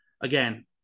Again